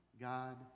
God